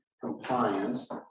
compliance